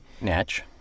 Natch